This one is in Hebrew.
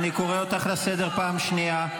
אני קורא אותך לסדר פעם שנייה.